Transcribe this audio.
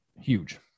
Huge